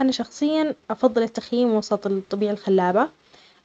أنا شخصيا أفظل التخيم وسط الطبيعة الخلابة،